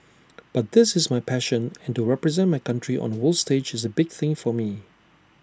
but this is my passion and to represent my country on A world stage is A big thing for me